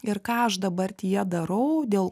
ir ką aš dabartyje darau dėl